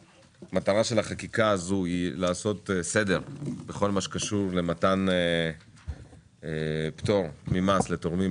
מטרת החקיקה הזאת היא לעשות סדר בכל מה שקשור למתן פטור מס לתורמים,